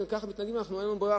אין לנו ברירה,